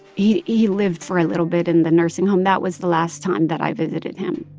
he he lived for a little bit in the nursing home. that was the last time that i visited him